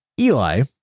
Eli